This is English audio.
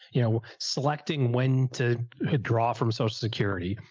you know, selecting when to draw from social security.